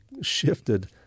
shifted